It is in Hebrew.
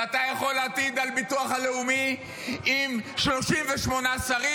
ואתה יכול להטיל על הביטוח הלאומי עם 38 שרים?